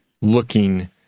looking